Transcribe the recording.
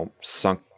sunk